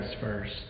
first